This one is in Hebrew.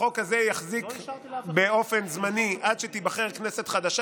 והחוק הזה יחזיק באופן זמני עד שתיבחר כנסת חדשה